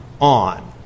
on